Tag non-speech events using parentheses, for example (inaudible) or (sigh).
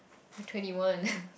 you're twenty one (laughs)